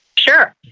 Sure